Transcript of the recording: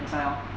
that's why lor